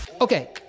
Okay